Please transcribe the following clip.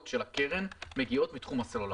הקרן מגיעות מתחום הסלולר.